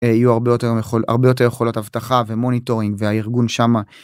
יהיו הרבה יותר יכול, הרבה יותר יכולות אבטחה ומוניטורינג והארגון שמה.